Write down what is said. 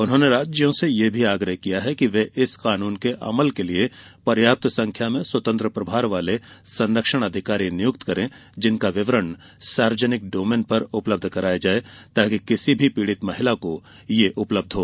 उन्होंने राज्यों से यह मी आग्रह किया कि वे इस कानून के अमल के लिए पर्याप्त संख्या में स्वतंत्र प्रभार वाले संरक्षण अधिकारी नियुक्त करें जिनका विवरण सार्वजनिक डोमेन पर उपलब्ध कराया जाए ताकि किसी पीड़ित महिला को यह उपलब्ध हो